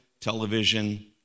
television